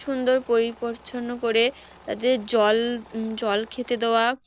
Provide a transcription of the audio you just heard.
সুন্দর পরি পরিচ্ছন্ন করে তাদের জল জল খেতে দেওয়া